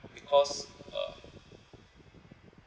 because uh